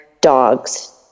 dogs